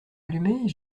allumée